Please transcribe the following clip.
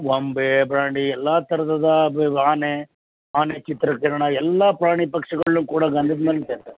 ಗೊಂಬೆ ಬ್ರ್ಯಾಂಡಿ ಎಲ್ಲ ಥರದ ಆನೆ ಆನೆ ಚಿತ್ರಕರಣ ಎಲ್ಲ ಪ್ರಾಣಿ ಪಕ್ಷಿಗಳ್ನು ಕೂಡ ಗಂಧದ